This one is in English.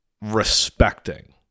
respecting